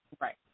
Right